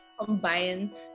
combine